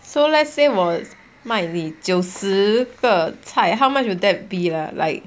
so let's say 我卖你九十个菜 how much would that be lah like